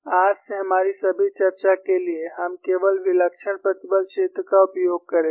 आज से हमारी सभी चर्चा के लिए हम केवल विलक्षण प्रतिबल क्षेत्र का उपयोग करेंगे